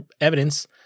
evidence